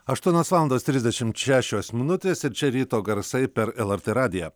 aštuonios valandos trisdešimt šešios minutės ir čia ryto garsai per lrt radiją